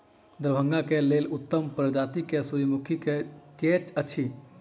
दरभंगा केँ लेल उत्तम प्रजाति केँ सूर्यमुखी केँ अछि?